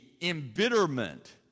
embitterment